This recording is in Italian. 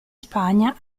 spagna